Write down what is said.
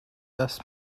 does